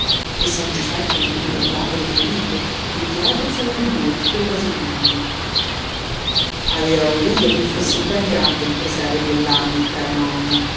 e san giuseppe ha in mano il bàcolo fiorito e dietro sono il bue e l'asinello aveva voluto che fosse ben grande il presepe quell'anno il caro nonno